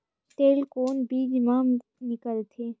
तेल कोन बीज मा निकलथे?